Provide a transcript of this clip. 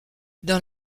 dans